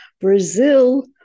Brazil